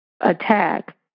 attack